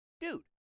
dude